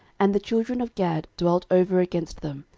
and the children of gad dwelt over against them,